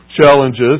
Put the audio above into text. challenges